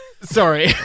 sorry